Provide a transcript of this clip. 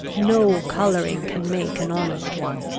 no colouring can make an honest one.